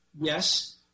yes